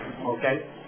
okay